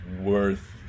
worth